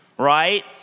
Right